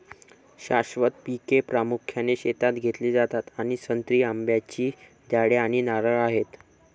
शाश्वत पिके प्रामुख्याने शेतात घेतली जातात आणि संत्री, आंब्याची झाडे आणि नारळ आहेत